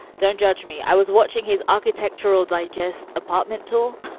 don't judge me. i was watching his architectural digest apartment, too